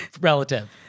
relative